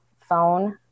phone